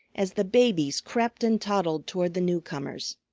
as the babies crept and toddled toward the newcomers.